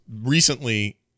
recently